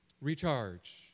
Recharge